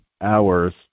hours